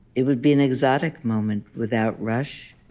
it would be an exotic moment, without rush,